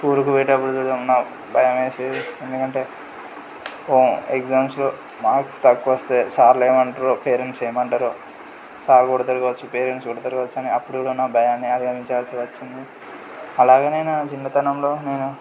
స్కూలుకు పోయేటపుడు నాకు భయం వేసేది ఎందుకంటే ఎగ్జామ్స్లో మార్క్స్ తక్కువ వస్తే సార్లు ఏమంటారో పేరెంట్స్ ఏమంటారో సార్ కొడతారు కావచ్చు పేరెంట్స్ కొడతారు కావచ్చు అపుడు నా భయాన్ని అధిగమించాల్సి వచ్చింది అలాగనే నా చిన్నతనంలో నేను